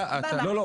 לא,